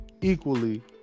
equally